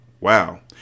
Wow